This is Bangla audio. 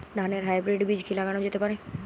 ধানের হাইব্রীড বীজ কি লাগানো যেতে পারে?